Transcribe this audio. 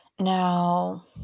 Now